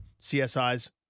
CSIs